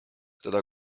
teda